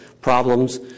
problems